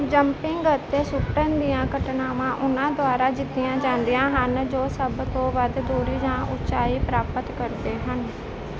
jumping ਅਤੇ ਸੁੱਟਣ ਦੀਆਂ ਘਟਨਾਵਾਂ ਉਨ੍ਹਾਂ ਦੁਆਰਾ ਜਿੱਤੀਆਂ ਜਾਂਦੀਆਂ ਹਨ ਜੋ ਸਭ ਤੋਂ ਵੱਧ ਦੂਰੀ ਜਾਂ ਉਚਾਈ ਪ੍ਰਾਪਤ ਕਰਦੇ ਹਨ